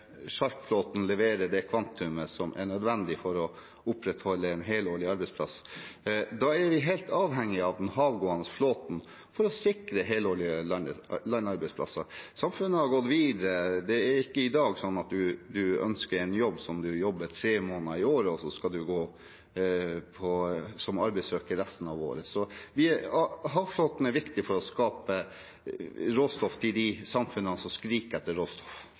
sjarkflåten levere det kvantumet som er nødvendig for å opprettholde en helårlig arbeidsplass. Da er vi helt avhengig av den havgående flåten for å sikre helårlige landarbeidsplasser. Samfunnet har gått videre. Det er ikke slik i dag at man ønsker en jobb der man jobber tre måneder i året, og så skal man gå som arbeidssøker resten av året. Havflåten er viktig for å skaffe råstoff til de samfunnene som skriker etter råstoff.